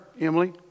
Emily